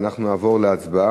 ואנחנו נעבור להצבעה